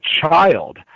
child